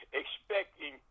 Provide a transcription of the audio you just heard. expecting